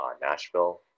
Nashville